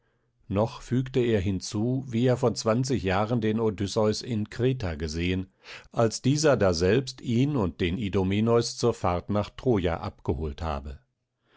noch fügte er hinzu wie er vor zwanzig jahren den odysseus in kreta gesehen als dieser daselbst ihn und den idomeneus zur fahrt nach troja abgeholt habe